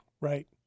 Right